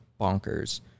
bonkers